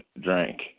drank